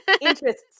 interests